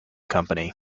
company